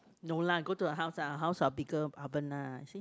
no lah go to her house lah her house got big oven lah see